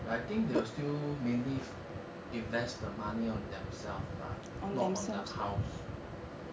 I think they are still mainly invest the money on themselves bah not on the house